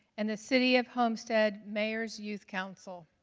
and the city of homestead mayors youth council.